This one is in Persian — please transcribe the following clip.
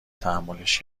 تحملش